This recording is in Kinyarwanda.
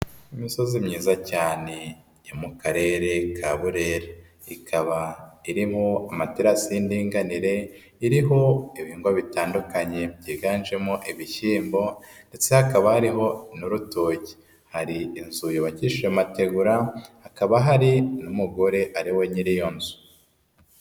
Imisozi myiza cyane yo mu Karere ka Burera ikaba irimo amaterasi y'indinganire, iriho ibihingwa bitandukanye byiganjemo ibishyimbo, ndetse hakaba hariho n'urutoki. Hari inzu yubakishe amategura hakaba hari n'umugore ariwe nyiri iyo nzu.